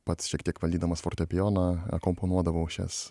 pats šiek tiek valdydamas fortepijoną akompanuodavau šias